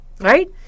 right